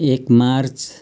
एक मार्च